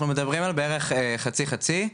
אנחנו מדברים על בערך חצי חצי,